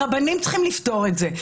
שהרבנים צריכים לפתור את זה.